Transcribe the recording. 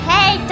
Hey